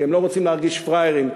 כי הם לא רוצים להרגיש פראיירים,